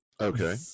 okay